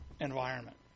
environment